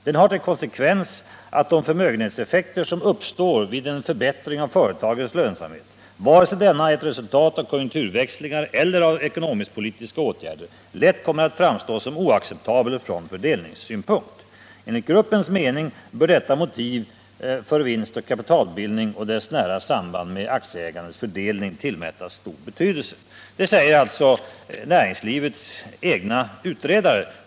Den har till konsekvens att de förmögenhetseffekter som uppstår vid en förbättring av företagens lönsamhet — vare sig denna är ett resultat av konjunkturväxlingar eller av ekonomiskpolitiska åtgärder — lätt kommer att framstå som oacceptabel från fördelningssynpunkt. —-—-- Enligt gruppens mening bör detta motiv för vinstoch kapitaldelning och dess nära samband med aktieägandets fördelning tillmätas stor betydelse.” Detta säger alltså näringslivets egna utredare.